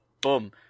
boom